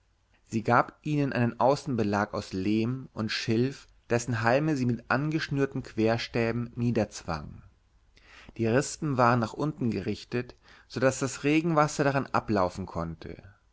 sie gab ihnen einen außenbelag aus lehm und schilf dessen halme sie mit angeschnürten querstäben niederzwang die rispen waren nach unten gerichtet so daß das regenwasser daran ablaufen konnte